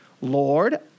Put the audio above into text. Lord